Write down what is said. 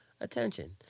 Attention